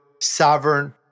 sovereign